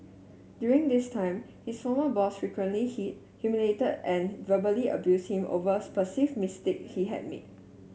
during this time his former boss frequently hit humiliated and verbally abused him over perceived mistake he had made